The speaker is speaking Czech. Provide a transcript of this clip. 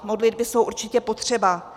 A modlitby jsou určitě potřeba.